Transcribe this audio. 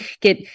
get